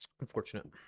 Unfortunate